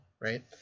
right